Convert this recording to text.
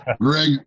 Greg